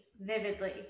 vividly